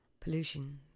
pollution